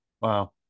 Wow